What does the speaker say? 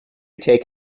take